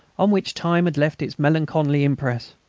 on which time had left its melancholy impress.